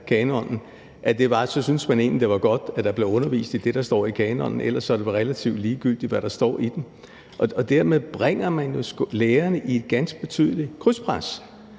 kanonen sådan, at man egentlig syntes, det var godt, at der blev undervist i det, der står i kanonen, for ellers er det vel relativt ligegyldigt, hvad der står i den. Dermed bringer man jo lærerne i et ganske betydeligt krydspres,